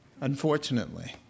unfortunately